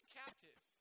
captive